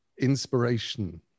inspiration